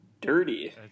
dirty